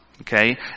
Okay